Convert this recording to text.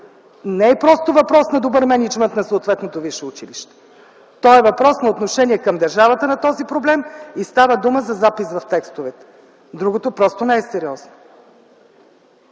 не е просто въпрос на добър мениджмънт на съответното висше училище. То е въпрос на отношение на държавата към този проблем и става дума за запис в текстовете. Другото просто не е сериозно.